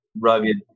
rugged